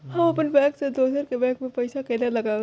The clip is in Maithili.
हम अपन बैंक से दोसर के बैंक में पैसा केना लगाव?